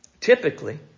Typically